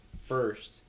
first